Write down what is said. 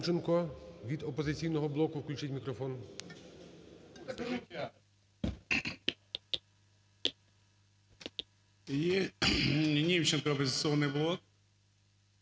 від "Опозиційного блоку". Включіть мікрофон.